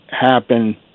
happen